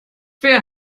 wer